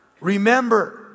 remember